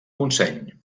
montseny